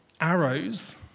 arrows